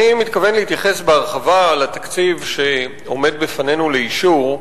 אני מתכוון להתייחס בהרחבה לתקציב שעומד בפנינו לאישור,